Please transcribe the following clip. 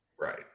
right